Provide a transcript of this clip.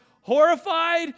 horrified